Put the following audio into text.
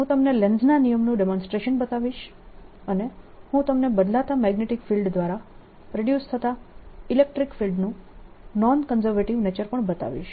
હું તમને લેન્ઝના નિયમનું ડેમોન્સ્ટ્રેશન બતાવીશ અને હું તમને બદલાતા મેગ્નેટીક ફિલ્ડ દ્વારા પ્રોડ્યુસ થતા ઇલેક્ટ્રીક ફિલ્ડનું નોન કન્ઝર્વેટીવ નેચર પણ બતાવીશ